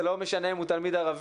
זה לא משנה אם הוא תלמיד ערבי,